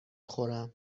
خورم